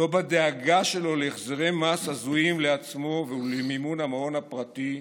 לא בדאגה שלו להחזרי מס הזויים לעצמו ולמימון המעון הפרטי,